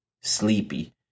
sleepy